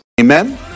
Amen